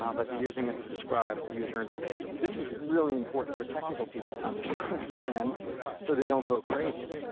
um but they're using it to describe the user interface. this is really important for technical people to understand understand so they don't go crazy.